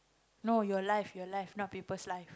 no your life your life not people's life